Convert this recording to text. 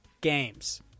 games